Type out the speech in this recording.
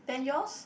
then yours